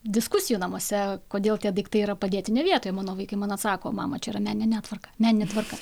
diskusijų namuose kodėl tie daiktai yra padėti ne vietoj mano vaikai mano man atsako mama čia yra meninė netvarka meninė tvarka